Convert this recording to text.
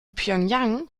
pjöngjang